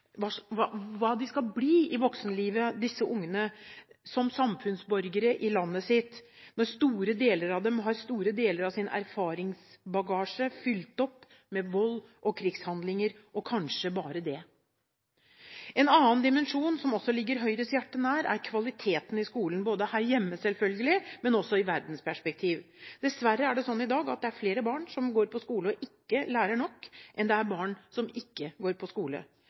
skal bli i voksenlivet, som samfunnsborgere i landet sitt, når mange av dem har store deler av sin erfaringsbagasje fylt opp med vold og krigshandlinger og kanskje bare det. En annen dimensjon, som også ligger Høyres hjerte nær, er kvaliteten i skolen både her hjemme, selvfølgelig, og også i verdensperspektiv. Dessverre er det slik i dag at det er flere barn som går på skole og ikke lærer nok, enn det er barn som ikke går på skole.